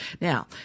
Now